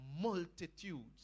multitudes